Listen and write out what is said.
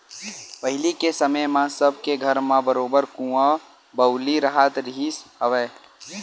पहिली के समे म सब के घर म बरोबर कुँआ बावली राहत रिहिस हवय